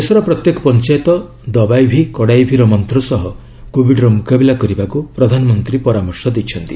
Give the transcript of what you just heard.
ଦେଶରର ପ୍ରତ୍ୟେକ ପଞ୍ଚାୟତ ଦବାଇ ଭି କଡ଼ାଇ ଭି ର ମନ୍ତ ସହ କୋବିଡ୍ର ମୁକାବିଲା କରିବାକୁ ପ୍ରଧାନମନ୍ତ୍ରୀ ପରାମର୍ଶ ଦେଇଛନ୍ତି